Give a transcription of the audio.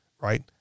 right